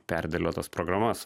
perdėliot tas programas